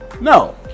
no